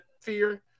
fear